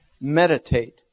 meditate